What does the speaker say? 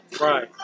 Right